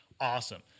Awesome